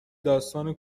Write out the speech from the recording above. داستان